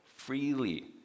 freely